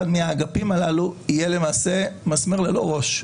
מהאגפים הללו יהיה למעשה מסמר ללא ראש.